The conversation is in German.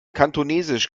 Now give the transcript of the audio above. kantonesisch